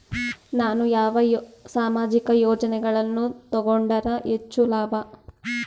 ನಾನು ಯಾವ ಸಾಮಾಜಿಕ ಯೋಜನೆಯನ್ನು ತಗೊಂಡರ ಹೆಚ್ಚು ಲಾಭ?